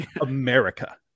America